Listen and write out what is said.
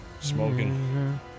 Smoking